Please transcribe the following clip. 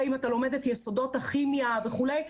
אם אתה לומד את יסודות הכימיה וכולי,